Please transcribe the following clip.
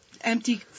empty